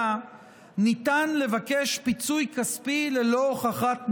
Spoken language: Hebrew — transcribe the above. ניתן לבקש פיצוי כספי ללא הוכחת נזק.